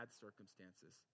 circumstances